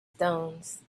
stones